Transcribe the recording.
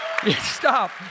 Stop